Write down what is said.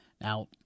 Now